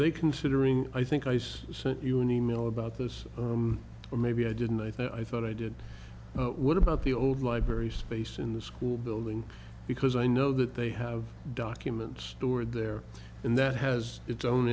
they considering i think i just sent you an e mail about this or maybe i didn't i thought i thought i did what about the old library space in the school building because i know that they have documents stored there and that has its own